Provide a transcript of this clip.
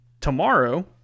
Tomorrow